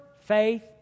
faith